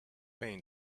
pain